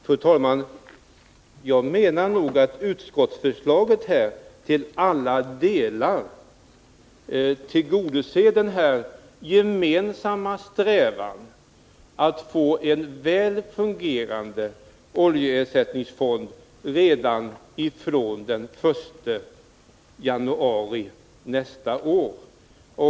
Fru talman! Jag menar att utskottsförslaget till alla delar tillgodoser den gemensamma strävan att få en väl fungerande oljeersättningsfond redan från den 1 januari nästa år.